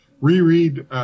reread